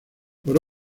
por